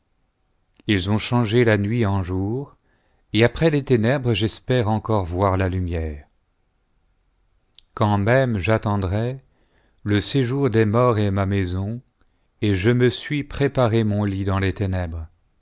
ils ont changé la nuit eu jour et après les ténèbres j'espère encore voir la lumière quand même j'attendrais le séjour des morts est ma maison et je me suis préparé mon lit dans les ténèbres